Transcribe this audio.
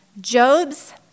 Job's